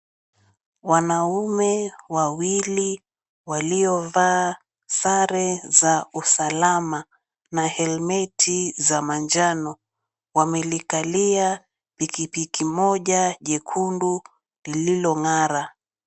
Wanaume wawili waliovaa sare za usalama na helmeti za manjano. Wamelikalia pikipiki moja jekundu lililong'ara.